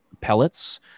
pellets